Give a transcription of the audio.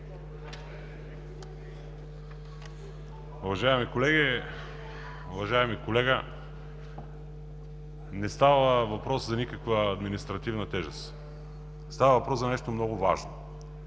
Уважаеми колеги! Уважаеми колега, не става въпрос за никаква административна тежест. Става въпрос за нещо много важно.